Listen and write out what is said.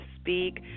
Speak